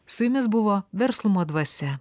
su jumis buvo verslumo dvasia